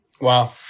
Wow